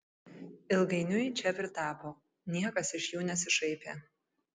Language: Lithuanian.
ilgainiui čia pritapo niekas iš jų nesišaipė